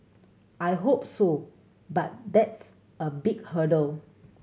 I hope so but that's a big hurdle